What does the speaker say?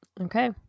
Okay